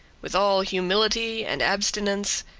with all humility and abstinence,